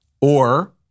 or-